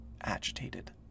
agitated